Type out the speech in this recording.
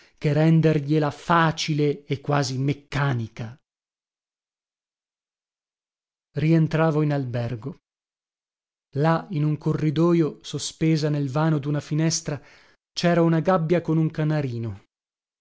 che rendergliela facile e quasi meccanica rientravo in albergo là in un corridojo sospesa nel vano duna finestra cera una gabbia con un canarino